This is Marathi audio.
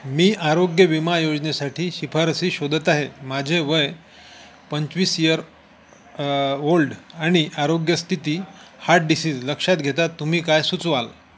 मी आरोग्य विमा योजनेसाठी शिफारसी शोधत आहे माझे वय पंचवीस इयर ओल्ड आणि आरोग्य स्थिती हार्ट डिसीज लक्षात घेता तुम्ही काय सुचवाल